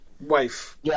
Wife